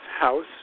House